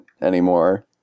anymore